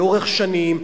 לאורך שנים,